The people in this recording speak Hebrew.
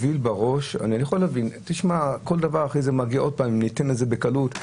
אני יכול להבין את החשיבה שאם ניתן משהו בקלות,